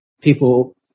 People